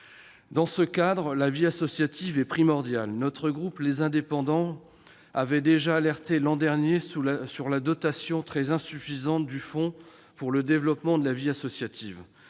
Dans ce cadre, la vie associative est primordiale. Notre groupe Les Indépendants s'était déjà inquiété l'an dernier de la dotation très insuffisante du Fonds pour le développement de la vie associative.